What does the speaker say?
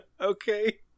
Okay